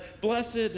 blessed